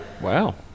Wow